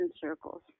circles